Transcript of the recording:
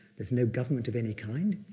there's no government of any kind.